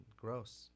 gross